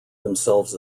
themselves